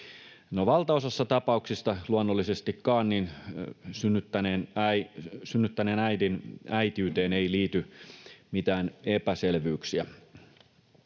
valtaosassa tapauksista luonnollisestikaan synnyttäneen äidin äitiyteen ei liity mitään epäselvyyksiä.